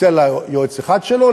צלצל אלי יועץ אחד שלו,